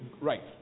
right